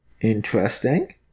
Interesting